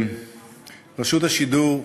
רשות השידור,